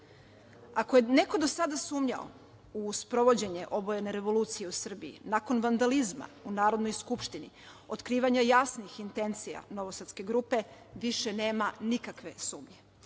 je neko do sada sumnjao u sprovođenje obojene revolucije u Srbiji, nakon vandalizma u Narodnoj skupštini i otkrivanja jasnih intencija novosadske grupe više nema nikakve sumnje.